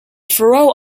faroe